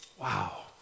Wow